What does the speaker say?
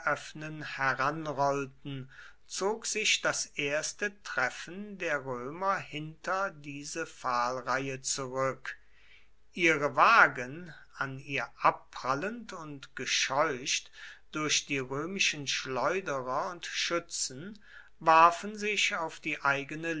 heranrollten zog sich das erste treffen der römer hinter diese pfahlreihe zurück die wagen an ihr abprallend und gescheucht durch die römischen schleuderer und schützen warfen sich auf die eigene